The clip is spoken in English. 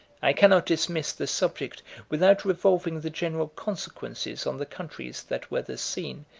i cannot dismiss the subject without resolving the general consequences on the countries that were the scene,